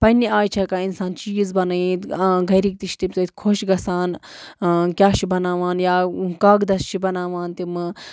پَنٛنہِ آیہِ چھِ ہٮ۪کان اِنسان چیٖز بنٲیِتھ گَرِکۍ تہِ چھِ تَمہِ سۭتۍ خۄش گژھان کیٛاہ چھٕ بناوان یا کاکدَس چھِ بناوان تِمہٕ